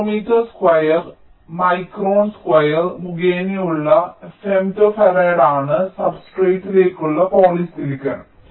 micrometer square micron square മുഖേനയുള്ള femto farad ആണ് സബ്സ്ട്രേറ്റിലേക്കുള്ള പോളിസിലിക്കൺ